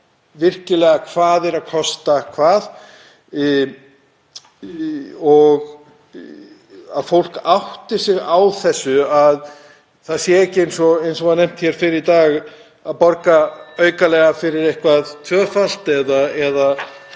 virkilega hvað kostar hvað og að fólk átti sig á þessu, að það sé ekki, eins og var nefnt hér fyrr í dag, að borga aukalega fyrir eitthvað tvöfalt